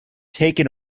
taken